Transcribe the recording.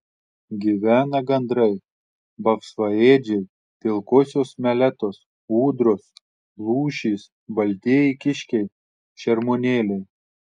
gyvena gandrai vapsvaėdžiai pilkosios meletos ūdros lūšys baltieji kiškiai šermuonėliai